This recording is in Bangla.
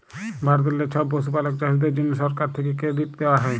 ভারতেললে ছব পশুপালক চাষীদের জ্যনহে সরকার থ্যাকে কেরডিট দেওয়া হ্যয়